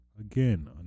again